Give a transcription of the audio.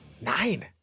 Nine